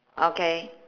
okay